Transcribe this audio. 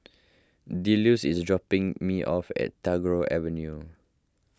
Delos is dropping me off at Tagore Avenue